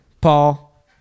Paul